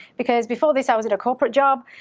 because before this i was at a corporate job.